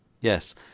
Yes